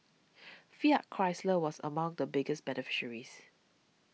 Fiat Chrysler was among the biggest beneficiaries